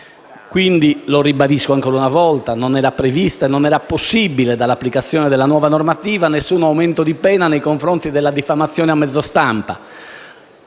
ieri. Lo ribadisco ancora una volta: non era possibile e non era previsto dall'applicazione della nuova normativa alcun aumento di pena nei confronti della diffamazione a mezzo stampa,